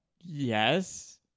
Yes